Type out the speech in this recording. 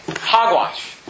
hogwash